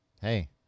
Hey